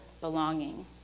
belonging